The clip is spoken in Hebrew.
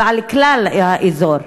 ועל כלל האזור.